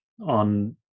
on